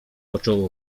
począł